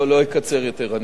לא, לא אקצר יותר.